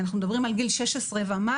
אנחנו מדברים על גיל 16 ומעלה,